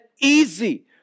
easy